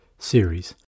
series